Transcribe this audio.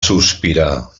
sospirar